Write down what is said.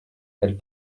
elle